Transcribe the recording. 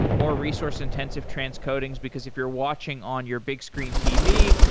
more resource-intensive transcodings, because if you're watching on your big screen tv,